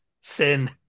Sin